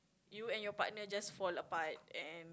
you and your partner just fall apart and